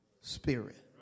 Spirit